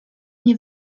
nie